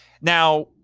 Now